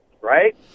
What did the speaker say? Right